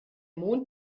mond